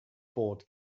bought